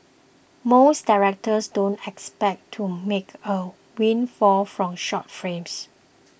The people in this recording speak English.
most directors don't expect to make a windfall from short frames